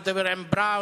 או לדבר עם בראון,